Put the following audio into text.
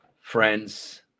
friends